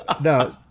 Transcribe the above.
No